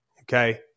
Okay